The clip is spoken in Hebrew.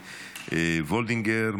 וולדיגר,